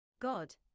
God